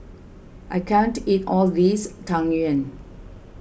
I can't eat all of this Tang Yuen